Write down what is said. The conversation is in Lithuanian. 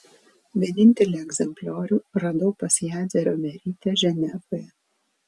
vienintelį egzempliorių radau pas jadzią riomerytę ženevoje